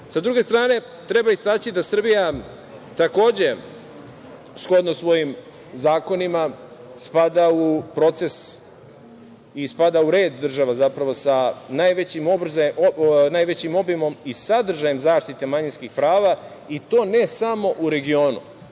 druge strane, treba istaći da Srbija takođe shodno svojim zakonima spada u proces i spada u red država, zapravo sa najvećim obimom i sadržajem zaštite manjinskih prava i to ne samo u regionu,